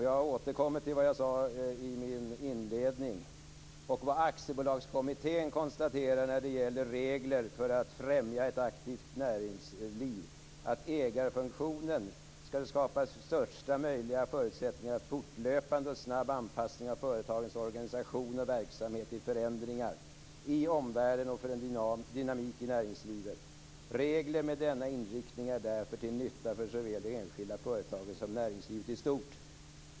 Jag återkommer till vad jag sade i min inledning och vad Aktiebolagskommittén konstaterar när det gäller regler för att främja ett aktivt näringsliv, nämligen att det skall skapas största möjliga förutsättningar för ägarfunktionen för en fortlöpande och snabb anpassning av företagens organisation och verksamhet inför förändringar i omvärlden och för en dynamik i näringslivet. Regler med denna inriktning är därför till nytta för såväl det enskilda företaget som näringslivet i stort.